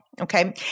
Okay